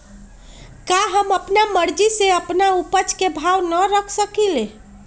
का हम अपना मर्जी से अपना उपज के भाव न रख सकींले?